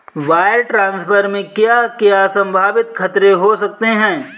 Wire transfer में क्या क्या संभावित खतरे हो सकते हैं?